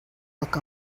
look